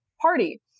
party